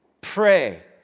pray